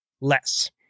less